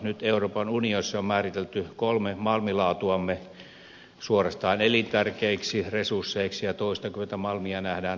nyt euroopan unionissa on määritelty kolme malmilaatuamme suorastaan elintärkeiksi resursseiksi ja toistakymmentä malmia nähdään tärkeänä